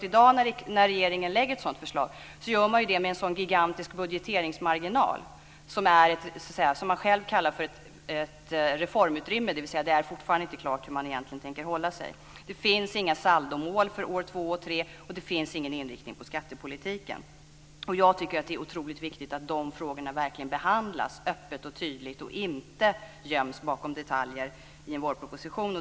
I dag när regeringen lägger fram ett sådant förslag sker det med en gigantisk budgeteringsmarginal, ett reformutrymme, dvs. det är fortfarande inte klart hur man tänker förhålla sig. Det finns inga saldomål för åren två och tre, och det finns ingen inriktning på skattepolitiken. Det är otroligt viktigt att de frågorna behandlas öppet och tydligt och inte göms bakom detaljer i en vårproposition.